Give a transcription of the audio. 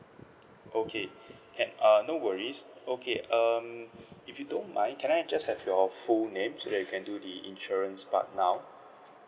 okay and err no worries okay um if you don't mind can I just have your full name so that you can do the insurance part now